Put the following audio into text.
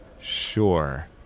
Sure